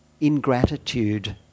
ingratitude